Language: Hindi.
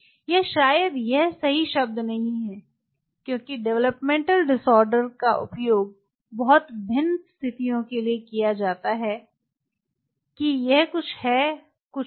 या शायद यह सही शब्द नहीं है क्योंकि डेवलपमेंटल डिसऑर्डर का उपयोग बहुत भिन्न स्थितियों के लिए किया जाता है कि यह कुछ है कुछ और